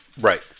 Right